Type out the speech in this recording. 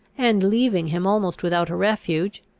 and leaving him almost without a refuge,